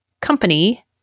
Company